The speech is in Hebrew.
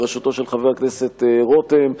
בראשות חבר הכנסת רותם,